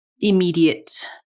immediate